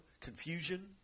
confusion